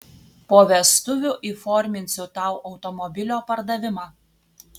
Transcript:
po vestuvių įforminsiu tau automobilio pardavimą